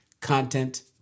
content